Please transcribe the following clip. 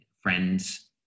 friends